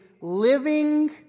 living